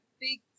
big